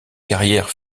carrière